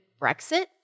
Brexit